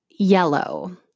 yellow